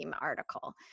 article